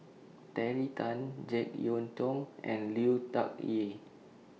Terry Tan Jek Yeun Thong and Lui Tuck Yew